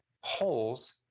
holes